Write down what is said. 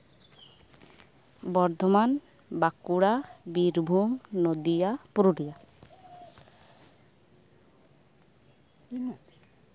Bardhaman Bankura Birbhum Nadia Purulia